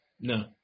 No